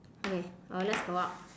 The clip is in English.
okay uh let's go out